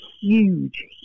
huge